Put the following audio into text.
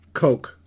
Coke